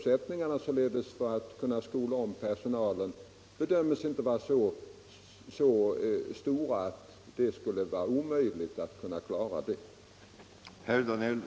Svårigheterna att skola om personalen bedöms alltså inte som så stora att det skulle vara omöjligt att klara det.